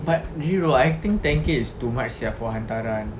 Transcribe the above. but really though I think ten K is too much sia for hantaran